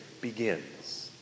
begins